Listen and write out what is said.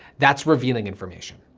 that's revealing information.